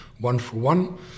one-for-one